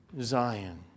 Zion